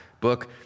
book